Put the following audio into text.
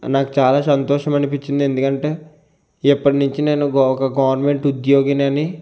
నాకు చాలా సంతోషం అనిపించింది ఎందుకంటే ఎప్పట్నుంచి నేను ఒ ఒక గవర్నమెంట్ ఉద్యోగినని